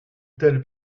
telle